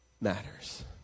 matters